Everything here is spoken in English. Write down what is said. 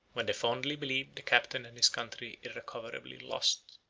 when they fondly believed the captain and his country irrecoverably lost.